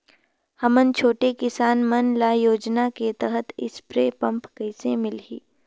हमन छोटे किसान मन ल योजना के तहत स्प्रे पम्प कइसे मिलही?